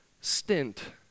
stint